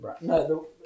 no